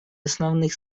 основных